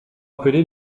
appelés